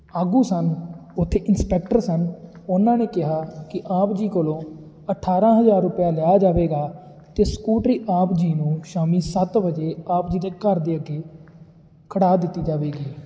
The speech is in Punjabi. ਆਗੂ ਸਨ ਉੱਥੇ ਇੰਸਪੈਕਟਰ ਸਨ ਉਹਨਾਂ ਨੇ ਕਿਹਾ ਕਿ ਆਪ ਜੀ ਕੋਲੋਂ ਅਠਾਰ੍ਹਾਂ ਹਜ਼ਾਰ ਰੁਪਇਆ ਲਿਆ ਜਾਵੇਗਾ ਅਤੇ ਸਕੂਟਰੀ ਆਪ ਜੀ ਨੂੰ ਸ਼ਾਮੀ ਸੱਤ ਵਜੇ ਆਪ ਜੀ ਦੇ ਘਰ ਦੇ ਅੱਗੇ ਖੜ੍ਹਾ ਦਿੱਤੀ ਜਾਵੇਗੀ